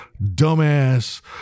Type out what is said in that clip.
dumbass